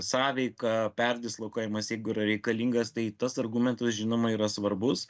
sąveiką perdislokavimas jeigu reikalingas tai tas argumentas žinoma yra svarbus